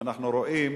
שאנחנו רואים,